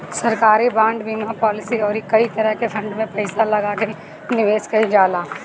सरकारी बांड, बीमा पालिसी अउरी कई तरही के फंड में पईसा लगा के निवेश कईल जाला